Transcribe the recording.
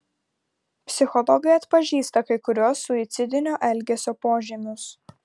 psichologai atpažįsta kai kuriuos suicidinio elgesio požymius